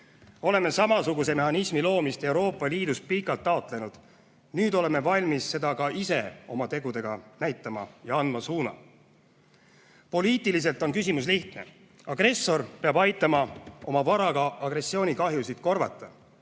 Oleme samasuguse mehhanismi loomist Euroopa Liidus pikalt taotlenud. Nüüd oleme valmis seda ka ise oma tegudega näitama ja andma suuna. Poliitiliselt on küsimus lihtne: agressor peab aitama oma varaga agressioonikahjusid korvata.